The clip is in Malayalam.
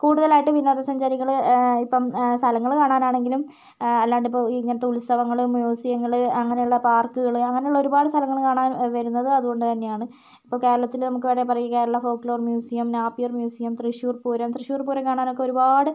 കൂടുതലായിട്ടും വിനോദസഞ്ചാരികൾ ഇപ്പം സ്ഥലങ്ങൾ കാണാനാണെങ്കിലും അല്ലാണ്ട് ഇപ്പോൾ ഇങ്ങനത്തെ ഉത്സവങ്ങൾ മ്യൂസിയങ്ങൾ അങ്ങനെയുള്ള പാർക്കുകൾ അങ്ങനെയുള്ള ഒരുപാട് സ്ഥലങ്ങൾ കാണാൻ വരുന്നതും അതുകൊണ്ടുതന്നെയാണ് ഇപ്പോൾ കേരളത്തിൽ നമുക്ക് വേണമെങ്കിൽ പറയാം കേരള ഫോക്ക്ലോർ മ്യൂസിയം പിന്നെ നേപ്പിയർ മ്യൂസിയം തൃശ്ശൂർ പൂരം തൃശ്ശൂർ പൂരം കാണാൻ ഒക്കെ ഒരുപാട്